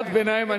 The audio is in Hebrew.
קריאת ביניים,